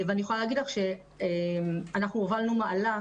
אני יכולה להגיד לך שהובלנו מהלך,